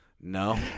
No